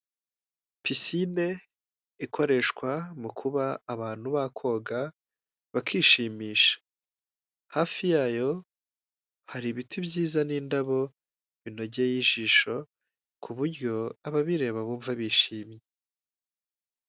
Pisine ikoreshwa mu kuba abantu ba koga bakishimisha, hafi yayo hari ibiti byiza n’indabo binogeye ijisho ku buryo ababireba bumva bishimye.